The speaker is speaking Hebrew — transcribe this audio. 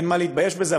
אין מה להתבייש בזה,